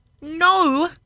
no